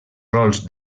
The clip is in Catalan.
rols